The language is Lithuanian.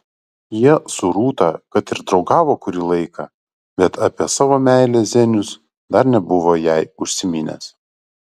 jie su rūta kad ir draugavo kurį laiką bet apie savo meilę zenius dar nebuvo jai užsiminęs